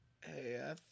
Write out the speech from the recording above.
Hey